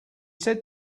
said